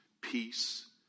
peace